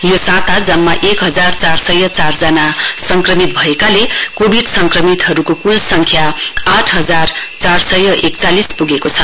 यो साता जम्मा एक हजार चार सय चार जना संक्रमित भएकाले कोविड संक्रमितहरूको क्ल सङ्ख्या आठ हजार चार सय एकचालिस प्गेको छ